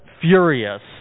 furious